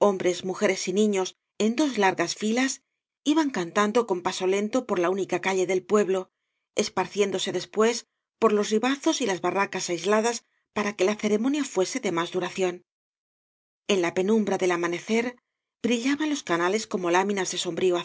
hombres mujeres y nifios en dos largas filas iban cantando con paso lento por la única calle del pueblo esparciéndose después por los ribazos y las barracas aisladas para que la ceremonia fuese de más duración en la penumbra del amanecer brillaban los canales como láminas de